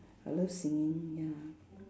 I love singing ya